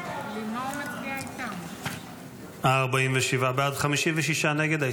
לא נתקבלה 47 בעד, 56 נגד.